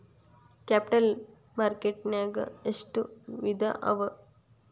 Capital market ನ್ಯಾಗ್ ಎಷ್ಟ್ ವಿಧಾಅವ?